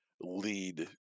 lead